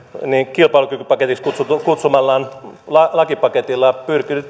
kilpailukykypaketiksi kutsumallaan lakipaketilla